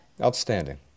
Outstanding